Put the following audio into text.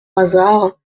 hasard